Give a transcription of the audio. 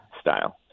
style